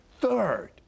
third